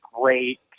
great